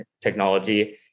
technology